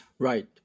Right